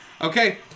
Okay